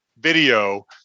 video